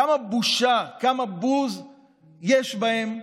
כמה בושה, כמה בוז יש בהן,